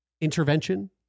intervention